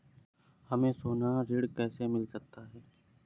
हमें सोना ऋण कैसे मिल सकता है?